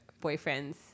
boyfriends